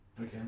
Okay